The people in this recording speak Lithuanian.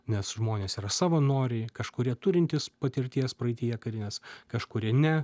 nes žmonės yra savanoriai kažkurie turintys patirties praeityje karinės kažkurie ne